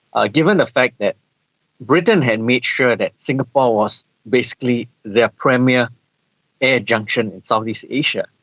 ah given the fact that britain had made sure that singapore was basically their premiere air junction in southeast asia.